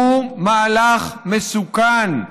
הוא מהלך מסוכן.